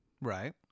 Right